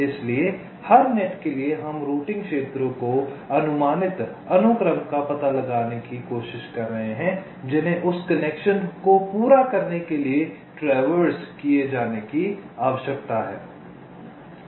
इसलिए हर नेट के लिए हम रूटिंग क्षेत्रों के अनुमानित अनुक्रम का पता लगाने की कोशिश कर रहे हैं जिन्हें उस कनेक्शन को पूरा करने के लिए ट्रैवर्स किए जाने की आवश्यकता है